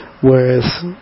Whereas